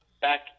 back